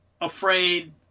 afraid